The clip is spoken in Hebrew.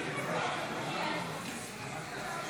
תודה רבה.